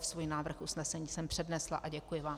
Svůj návrh usnesení jsem přednesla a děkuji vám.